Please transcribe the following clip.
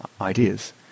ideas